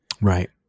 Right